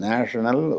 National